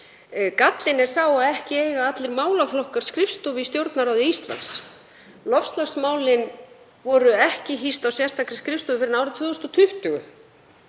Gallinn er sá að ekki eiga allir málaflokkar skrifstofu í Stjórnarráði Íslands. Loftslagsmálin voru ekki hýst á sérstakri skrifstofu fyrr en árið 2020,